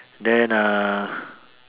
then uh